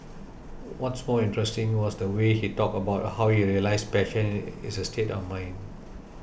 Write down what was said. what's more interesting was the way he talked about how he realised passion is a state of mind